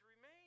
remain